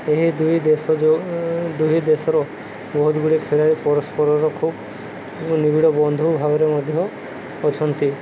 ଏହି ଦୁଇ ଦେଶ ଯେଉଁ ଦୁଇ ଦେଶର ବହୁତ ଗୁଡ଼ିଏ ଖେଳାଳି ପରସ୍ପରର ଖୁବ ନିବିଡ଼ ବନ୍ଧୁ ଭାବରେ ମଧ୍ୟ ଅଛନ୍ତି